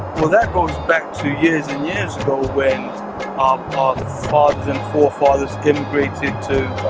well that goes back to years and years ago when our fathers and forefathers immimgrated to